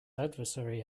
adversary